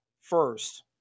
first